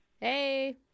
Hey